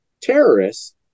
terrorists